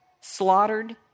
slaughtered